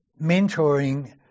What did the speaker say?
mentoring